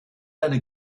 eine